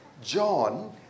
John